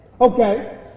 Okay